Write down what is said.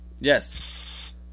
Yes